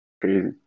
Crazy